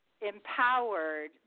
empowered